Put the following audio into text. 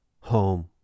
home